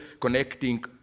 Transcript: connecting